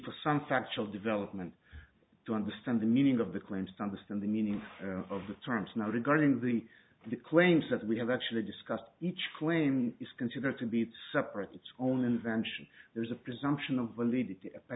for some factual development to understand the meaning of the claims to understand the meaning of the terms now regarding the the claims that we have actually discussed each claim is considered to be separate it's own invention there's a presumption